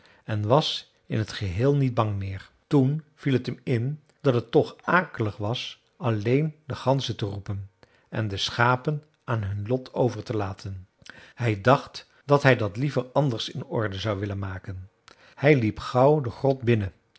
en was in t geheel niet bang meer toen viel t hem in dat het toch akelig was alleen de ganzen te roepen en de schapen aan hun lot over te laten hij dacht dat hij dat liever anders in orde zou willen maken hij liep gauw de grot binnen